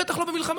בטח לא במלחמה.